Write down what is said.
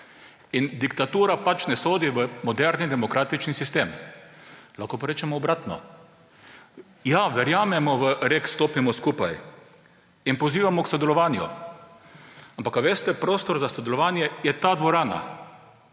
in diktatura pač ne sodi v moderni demokratični sistem. Lahko pa rečemo obratno - ja, verjamemo v rek »stopimo skupaj« in »pozivamo k sodelovanju«, ampak prostor za sodelovanje je ta dvorana